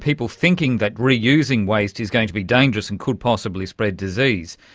people thinking that reusing waste is going to be dangerous and could possibly spread disease,